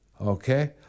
okay